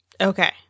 Okay